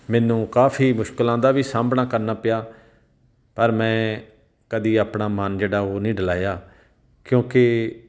ਮੈਨੂੰ ਕਾਫੀ ਮੁਸ਼ਕਲਾਂ ਦਾ ਵੀ ਸਾਹਮਣਾ ਕਰਨਾ ਪਿਆ ਪਰ ਮੈਂ ਕਦੀ ਆਪਣਾ ਮਨ ਜਿਹੜਾ ਉਹ ਨਹੀਂ ਡੋਲਾਇਆ ਕਿਉਂਕਿ